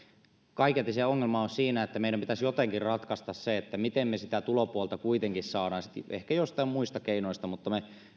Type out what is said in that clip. kaiketi se ongelma on siinä että meidän pitäisi jotenkin ratkaista se miten me sitä tulopuolta kuitenkin saamme ehkä joillain muilla keinoilla me